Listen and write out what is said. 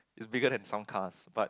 it's bigger than some cars but